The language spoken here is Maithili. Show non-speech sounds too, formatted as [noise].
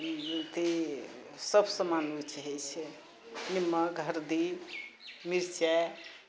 अथी सब समान अरू [unintelligible] हय छै नीमक हरदी मिरचाई